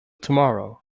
tomorrow